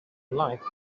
life